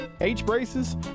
H-braces